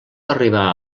arribar